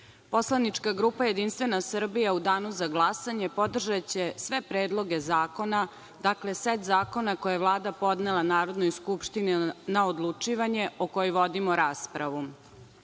poslanička grupa JS u danu za glasanje podržaće sve predloge zakona. Dakle, set zakona koje je Vlada podnela Narodnoj skupštini na odlučivanje, o kojima vodimo raspravu,